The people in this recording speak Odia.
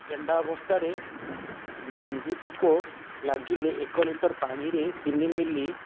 କେଣ୍ଡା ଅବସ୍ଥାରେ ଗନ୍ଧି ପୋକ ଲାଗିଲେ ଏକ ଲିଟର୍ ପାଣିରେ ତିନି ମିଲି